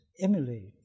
emulate